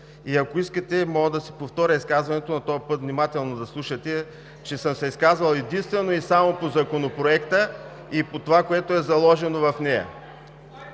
И ако искате, мога да си повторя изказването, но този път внимателно да слушате, че съм се изказал единствено и само по Законопроекта и по това, което е заложено в него.